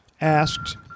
asked